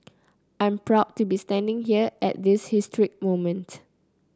I'm proud to be standing here at this historic moment